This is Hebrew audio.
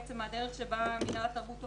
בעצם הדרך שבה מינהל התרבות עובד,